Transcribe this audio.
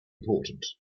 important